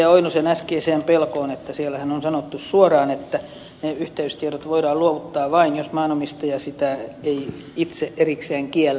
oinosen äskeiseen pelkoon että siellähän on sanottu suoraan että ne yhteystiedot voidaan luovuttaa vain jos maanomistaja sitä itse ei erikseen kiellä